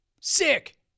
sick